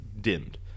dimmed